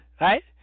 Right